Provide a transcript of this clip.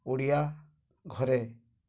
ଓଡ଼ିଆ ଘରେ